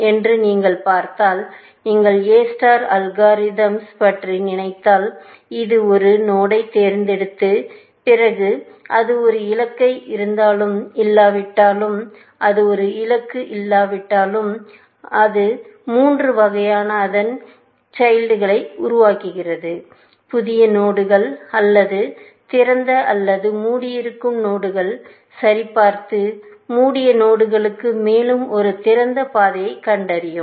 என்று நீங்கள் பார்த்தால் நீங்கள் எ ஸ்டார் அல்காரிதம்ஸை பற்றி நினைத்தால்இது ஒரு நோடை தேர்ந்தெடுத்த பிறகு அது ஒரு இலக்கு இருந்தாலும் இல்லாவிட்டாலும் அது ஒரு இலக்கு இல்லாவிட்டால் அது மூன்று வகையான அதன் குழந்தைகளை உருவாக்குகிறது புதிய நோடுகள் அல்லது திறந்த அல்லது மூடியிருக்கும் நோடுகள் சரிபார்த்து மூடிய நோடுகளுக்கு மேலும் ஒரு சிறந்த பாதையைக் கண்டறியும்